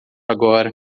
agora